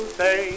say